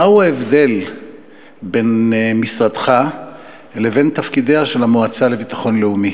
מהו ההבדל בין משרדך לבין תפקידה של המועצה לביטחון לאומי?